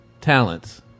Talents